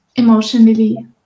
emotionally